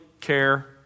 care